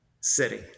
city